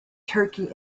turkey